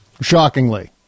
shockingly